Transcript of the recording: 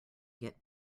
get